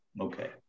Okay